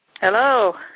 Hello